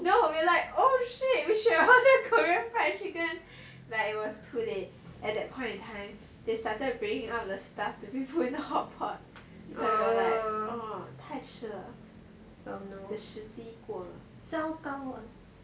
no we were like oh shit we should have ordered korean fried chicken but it was too late at that point in time they started bringing out the stuff to put in the hotpot so we were like 太迟了时期过了糟糕